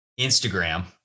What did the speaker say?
Instagram